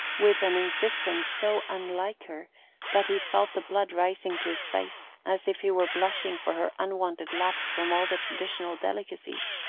with an insistence so unlike her that he felt the blood rising to his face, as if he were blushing for her unwonted lapse from all the traditional delicacies.